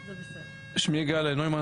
שמי יגאל נוימן,